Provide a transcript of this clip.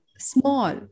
small